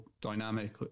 dynamic